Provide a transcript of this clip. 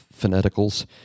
phoneticals